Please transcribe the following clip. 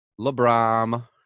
Lebron